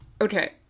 Okay